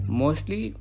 mostly